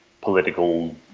political